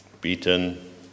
beaten